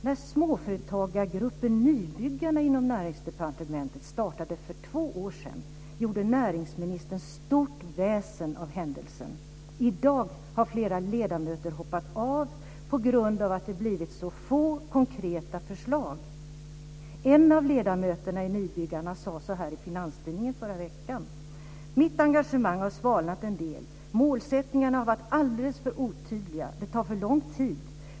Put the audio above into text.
När småföretagargruppen Nybyggarna inom Näringsdepartementet startade för två år sedan gjorde näringsministern stort väsen av händelsen. I dag har flera ledamöter hoppat av på grund av att det blivit så få konkreta förslag. En av ledamöterna i Nybyggarna sade så här i Finanstidningen i förra veckan: "Mitt engagemang har svalnat en del. Målsättningarna har varit alldeles för otydliga, det tar för lång tid.